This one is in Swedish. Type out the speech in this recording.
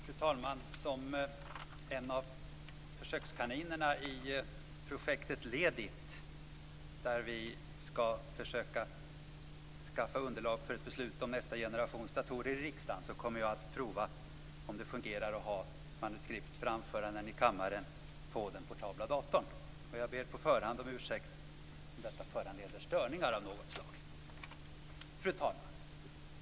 Fru talman! Som en av försökskaninerna i projektet LEDIT, där vi skall försöka skaffa underlag för ett beslut om nästa generations datorer i riksdagen, kommer jag att prova om det fungerar att ha manuskript för anföranden i kammaren på den portabla datorn. Jag ber på förhand om ursäkt om detta föranleder störningar av något slag. Fru talman!